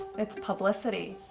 it's publicity.